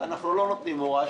אנחנו לא נותנים הוראה,